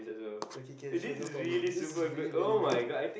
okay can sure no problem this is really very good